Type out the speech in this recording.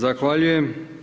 Zahvaljujem.